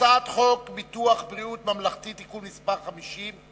הצעת חוק ביטוח בריאות ממלכתי (תיקון מס' 50)